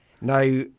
now